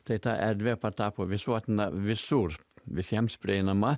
tai tą erdvė patapo visuotina visur visiems prieinama